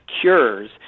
cures